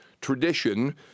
tradition